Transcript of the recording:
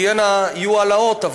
תהיינה העלאות,